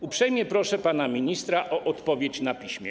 Uprzejmie proszę pana ministra o odpowiedź na piśmie.